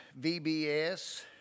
VBS